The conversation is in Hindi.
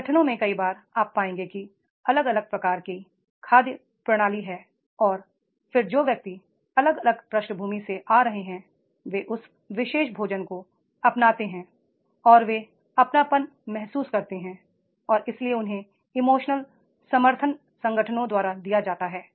संगठनों में कई बार आप पाएंगे कि अलग अलग प्रकार की खाद्य प्रणालियाँ हैं और फिर जो व्यक्ति अलग अलग पृष्ठभूमि से आ रहे हैं वे उस विशेषभोजन को अपनाते हैं और वे अपनापन महसूस करते हैं और इसलिए उन्हें इमोशनल समर्थ संगठनों द्वारा दिया जाता है